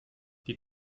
die